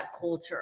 culture